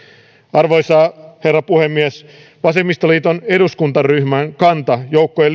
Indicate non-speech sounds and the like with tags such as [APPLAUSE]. arvoisa herra puhemies vasemmistoliiton eduskuntaryhmän kanta joukkojen [UNINTELLIGIBLE]